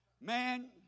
man